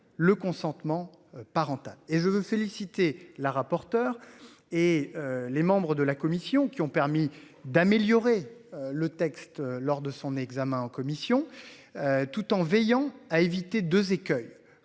le consentement parental et je veux féliciter la rapporteure et les membres de la commission qui ont permis d'améliorer le texte lors de son examen en commission. Tout en veillant à éviter 2 écueils.